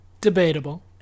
Debatable